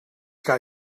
guy